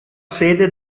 sede